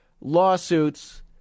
lawsuits